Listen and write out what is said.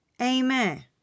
Amen